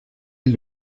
est